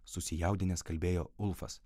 susijaudinęs kalbėjo ulfas